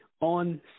on